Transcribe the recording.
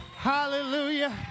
Hallelujah